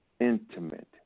intimate